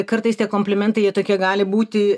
kartais tie komplimentai jie tokie gali būti